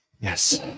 yes